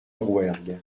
rouergue